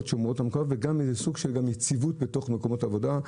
וגם איזשהו סוג של יציבות בתוך מקומות העבודה.